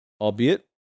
albeit